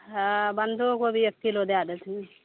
हँ बँधो कोबी एक किलो दए देथिन